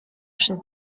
przez